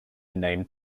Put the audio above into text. named